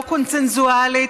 לא קונסנזואלית.